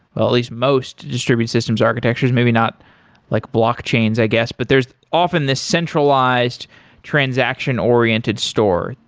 well at least most distributed systems architectures, maybe not like blockchains, i guess, but there's often this centralized transaction-oriented store.